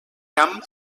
camp